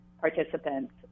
participants